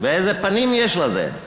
ואיזה פנים יש לזה.